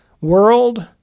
world